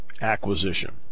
acquisition